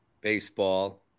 baseball